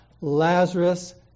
Lazarus